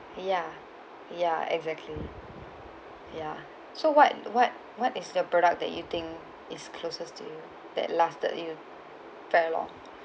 ya ya exactly ya so what what what is the product that you think is closest to you that lasted you quite long